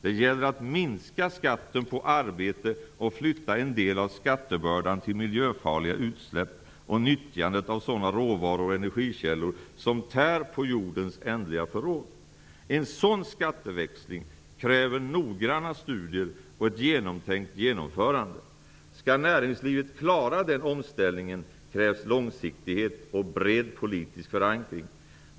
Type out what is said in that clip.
Det gäller att minska skatten på arbete och flytta en del av skattebördan till miljöfarliga utsläpp och nyttjandet av sådana råvaror och energikällor som tär på jordens ändliga förråd. En sådan skatteväxling kräver noggranna studier och ett genomtänkt genomförande. Skall näringslivet klara den omställningen, krävs långsiktighet och bred politisk förankring.